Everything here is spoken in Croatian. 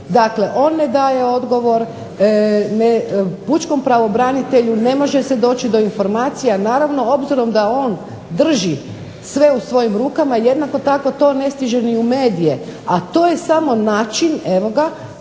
Dakle, on ne daje odgovor Pučkom pravobranitelju, ne može se doći do informacija. Naravno obzirom da on drži sve u svojim rukama jednako to tako ne stiže ni u medije, a to je samo način evo ga